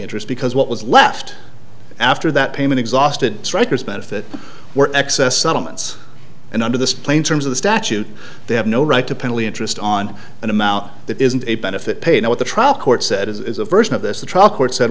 interest because what was left after that payment exhausted striker's benefit were excess settlements and under the plain terms of the statute they have no right to penalty interest on an amount that isn't a benefit paid what the trial court said is a version of this the trial court said